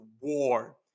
war